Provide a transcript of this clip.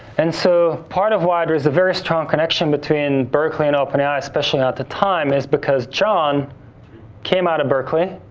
and so, part of why there is a very strong connection between berkeley and open ai especially at the time is because john came out of berkeley.